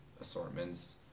assortments